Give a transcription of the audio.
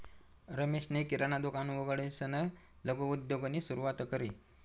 रमेशनी किराणा दुकान उघडीसन लघु उद्योगनी सुरुवात करी